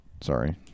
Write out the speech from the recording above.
Sorry